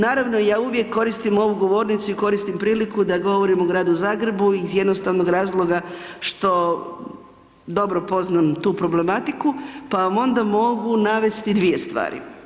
Naravno ja uvijek koristim ovu govornicu i koristim priliku da govorim u gradu Zagrebu iz jednostavnog razloga što dobro poznam tu problematiku pa vam onda mogu navesti dvije stvari.